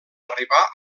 arribar